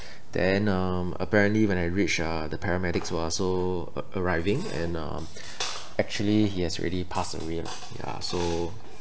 then um apparently when I reached uh the paramedics were also ar~ arriving and uh actually he has already passed away lah ya so